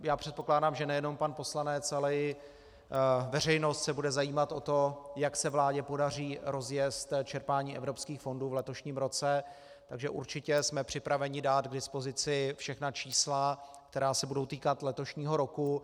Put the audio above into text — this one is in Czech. Já předpokládám, že nejenom pan poslanec, ale i veřejnost se bude zajímat o to, jak se vládě podaří rozjezd čerpání evropských fondů v letošním roce, takže určitě jsme připraveni dát k dispozici všechna čísla, která se budou týkat letošního roku.